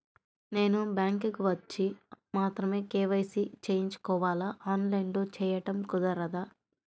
నేను బ్యాంక్ వచ్చి మాత్రమే కే.వై.సి చేయించుకోవాలా? ఆన్లైన్లో చేయటం కుదరదా?